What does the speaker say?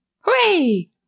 Hooray